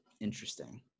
Interesting